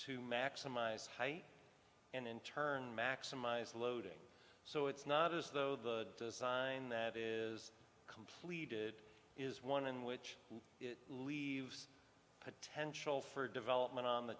to maximize height and in turn maximize loading so it's not as though the design that is completed is one in which it leaves potential for development on the